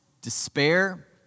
despair